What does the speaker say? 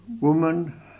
woman